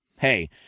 hey